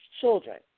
children